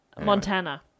Montana